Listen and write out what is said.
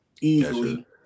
easily